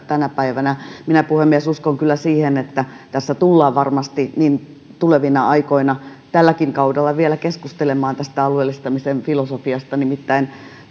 tänä päivänä minä puhemies uskon kyllä siihen että tässä tullaan varmasti tulevina aikoina tälläkin kaudella vielä keskustelemaan tästä alueellistamisen filosofiasta nimittäin